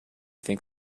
think